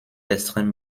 extrême